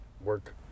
work